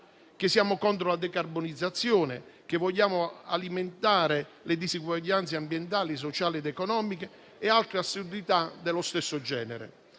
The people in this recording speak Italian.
che siamo contro la decarbonizzazione, che vogliamo alimentare le disuguaglianze ambientali, sociali ed economiche e altre assurdità dello stesso genere.